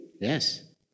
Yes